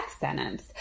sentence